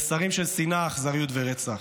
ממסרים של שנאה, אכזריות ורצח.